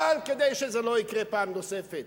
אבל כדי שזה לא יקרה פעם נוספת,